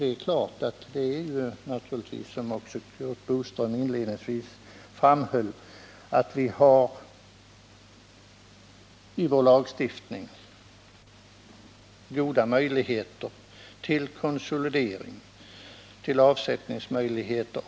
Som Curt Boström inledningsvis framhöll är det klart att vi i vår lagstiftning har goda möjligheter till konsolidering och till avsättning.